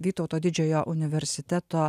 vytauto didžiojo universiteto